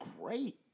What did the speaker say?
great